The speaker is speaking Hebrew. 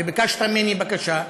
וביקשת ממני בקשה,